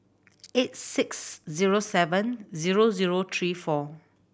eight six zero seven zero zero three four